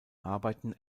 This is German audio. arbeiten